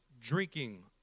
drinking